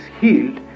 healed